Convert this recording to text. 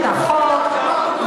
תבדקו את עצמכם,